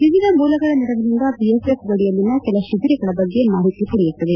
ವಿವಿಧ ಮೂಲಗಳ ನೆರವಿನಿಂದ ಬಿಎಸ್ಎಫ್ ಗಡಿಯಲ್ಲಿನ ಕೆಲ ತಿಬಿರಗಳ ಬಗ್ಗೆ ಮಾಹಿತಿ ಪಡೆಯುತ್ತದೆ